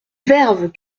verve